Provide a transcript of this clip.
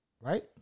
Right